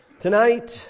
Tonight